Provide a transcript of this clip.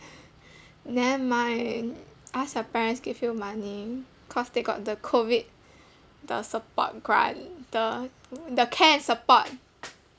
never mind ask your parents give you money cause they got the COVID the support grant the the care and support